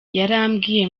yarambwiye